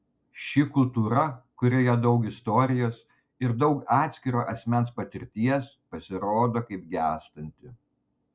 ši kultūra kurioje daug istorijos ir daug atskiro asmens patirties pasirodo kaip gęstanti